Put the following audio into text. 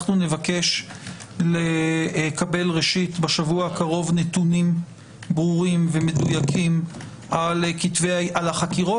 אנחנו נבקש לקבל בשבוע הקרוב נתונים ברורים ומדויקים על החקירות